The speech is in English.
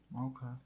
Okay